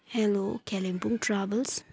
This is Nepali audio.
hello Kalimpong travels